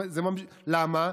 למה?